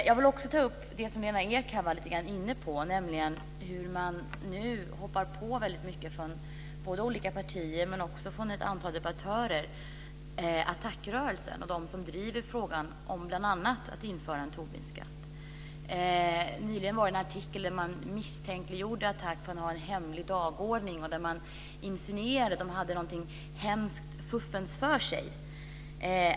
Jag vill också ta upp det som Lena Ek var inne lite grann på, nämligen hur man nu från olika partier och också ett antal debattörer väldigt mycket hoppar på ATTAC-rörelsen och de som bl.a. driver frågan om att införa en Tobinskatt. Nyligen var det en artikel där man misstänkliggjorde ATTAC för att ha en hemlig dagordning. Man insinuerade att de hade något hemskt fuffens för sig.